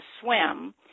swim